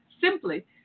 simply